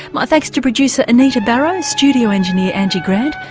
my thanks to producer anita barraud, studio engineer angie grant.